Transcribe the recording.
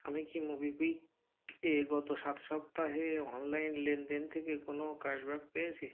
আমি কি মোবিকুইক এ গত সাত সপ্তাহে অনলাইন লেনদেন থেকে কোনো ক্যাশব্যাক পেয়েছি